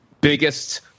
biggest